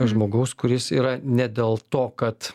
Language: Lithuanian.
žmogaus kuris yra ne dėl to kad